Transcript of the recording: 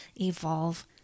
evolve